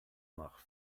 nach